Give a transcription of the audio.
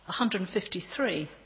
153